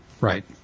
Right